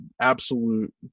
absolute